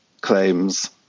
claims